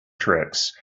tricks